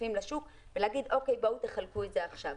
כספים לשוק ולומר בואו חלקו את זה עכשיו.